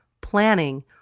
planning